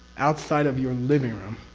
outside of your living room,